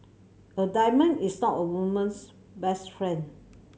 a diamond is not a woman's best friend